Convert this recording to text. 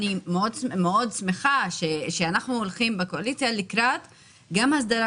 אני מאוד שמחה שאנחנו בקואליציה הולכים לקראת הסדרה